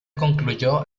concluyó